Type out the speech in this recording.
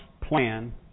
plan